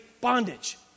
bondage